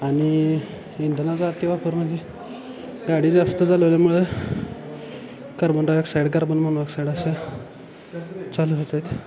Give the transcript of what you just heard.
आणि इंधनाचा अतिवापर म्हणजे गाडी जास्त चालवल्यामुळं कार्बन डायऑक्साईड कार्बन मोनॉक्साईड अशा चालू होत आहेत